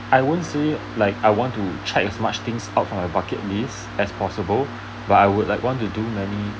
I wouldn't say like I want to check as much things out from my bucket lists as possible but I would like want to do many